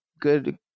good